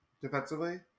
defensively